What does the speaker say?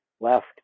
left